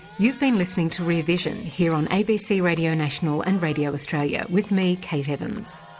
you've been listening to rear vision, here on abc radio national and radio australia with me, kate evans.